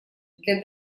для